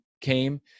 came